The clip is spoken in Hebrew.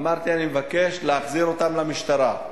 אמרתי: אני מבקש להחזיר אותם למשטרה,